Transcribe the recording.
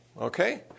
Okay